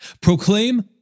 Proclaim